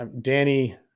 Danny